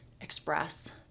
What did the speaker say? express